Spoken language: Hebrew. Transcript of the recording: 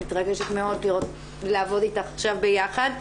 אנימתרגשת מאוד לעבוד איתך עכשיו ביחד.